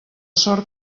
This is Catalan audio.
sort